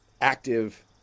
active